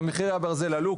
מחירי הברזל עלו,